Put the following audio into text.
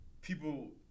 people